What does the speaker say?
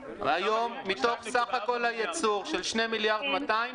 היום מתוך סך הכול של הייצור של 2.2 מיליארד,